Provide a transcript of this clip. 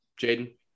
Jaden